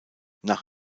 nach